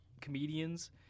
comedians